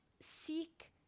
seek